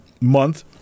month